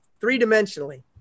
three-dimensionally